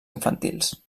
infantils